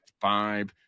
five